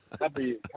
happy